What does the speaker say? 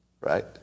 right